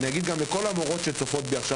אני אגיד לכל המורות שצופות בי עכשיו